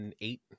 eight